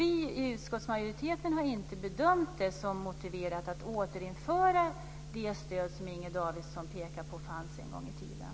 Vi i utskottsmajoriteten har inte bedömt det som motiverat att återinföra det stöd som Inger Davidson pekade på fanns en gång i tiden.